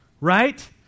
right